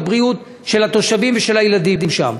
בבריאות של התושבים ושל הילדים שם,